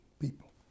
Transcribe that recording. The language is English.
people